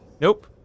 Nope